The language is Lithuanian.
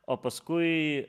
o paskui